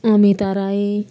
Amita Rai